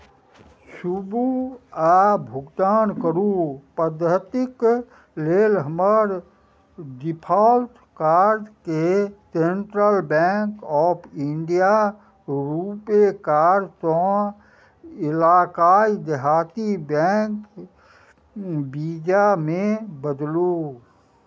छूबू आ भुगतान करू पद्धतिक लेल हमर डिफाल्ट कार्डकेँ central bank of India RuPay कार्डसँ इलाकाई देहाती बैंक वीजामे बदलू